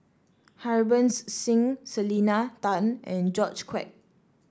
Harbans Singh Selena Tan and George Quek